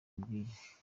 amubwiye